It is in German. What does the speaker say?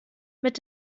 mit